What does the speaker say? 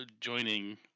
joining